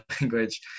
language